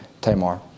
Tamar